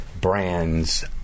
brands